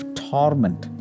torment